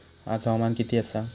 आज हवामान किती आसा?